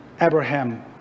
Abraham